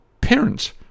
parents